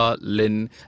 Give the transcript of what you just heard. Lin